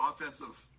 offensive